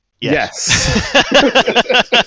Yes